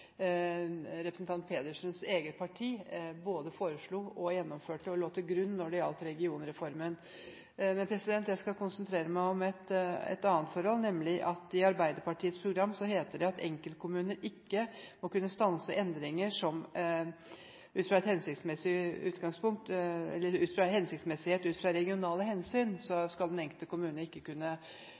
Pedersens eget parti både foreslo og gjennomførte og la til grunn når det gjaldt regionreformen. Men jeg skal konsentrere meg om et annet forhold, nemlig at det i Arbeiderpartiets program heter at «enkeltkommuner ikke må kunne stanse endringer som er hensiktsmessige ut fra